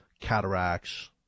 cataracts